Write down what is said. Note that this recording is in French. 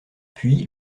puis